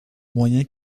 moyens